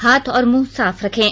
हाथ और मुंह साफ रखें